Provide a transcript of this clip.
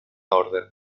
orden